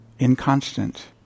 inconstant